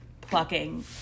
plucking